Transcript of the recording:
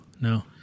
no